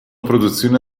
produzione